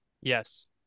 Yes